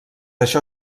això